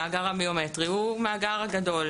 המאגר הביומטרי הוא המאגר הגדול,